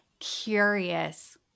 curious